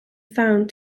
found